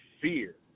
fear